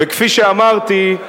וכפי שאמרתי,